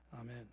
Amen